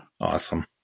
Awesome